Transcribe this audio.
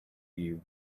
you